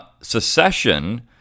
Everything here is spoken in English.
secession